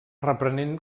reprenent